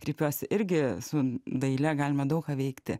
kreipiuosi irgi su daile galima daug ką veikti